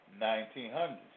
1900s